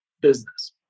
business